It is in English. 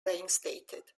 reinstated